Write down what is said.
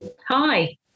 Hi